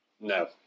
No